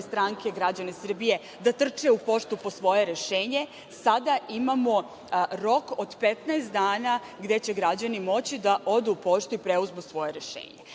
stranke, građane Srbije, da trče u poštu po svoje rešenje, sada imamo rok od 15 dana gde će građani moći da odu u poštu i preuzmu svoje rešenje. Naravno,